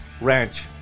Ranch